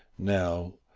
now,